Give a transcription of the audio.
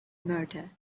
murder